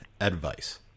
advice